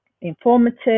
informative